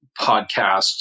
podcasts